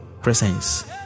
presence